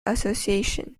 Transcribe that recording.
association